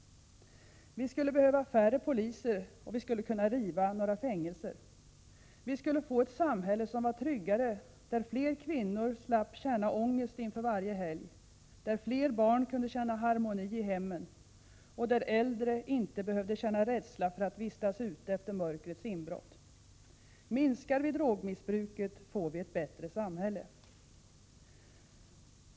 Vi skulle behöva färre poliser och vi skulle kunna riva några fängelser. Vi skulle få ett samhälle som var tryggare, där fler kvinnor skulle slippa känna ångest inför varje helg, där fler barn kunde känna harmoni i hemmen och där äldre inte behövde känna rädsla för att vistas ute efter mörkrets inbrott. Minskar vi drogmissbruket får vi ett bättre samhälle.